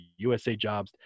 USAjobs